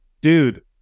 dude